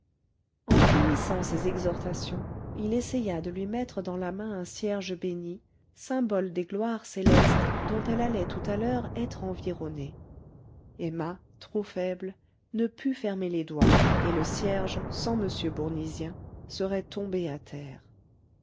en finissant ses exhortations il essaya de lui mettre dans la main un cierge bénit symbole des gloires célestes dont elle allait tout à l'heure être environnée emma trop faible ne put fermer les doigts et le cierge sans m bournisien serait tombé à terre